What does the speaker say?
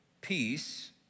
peace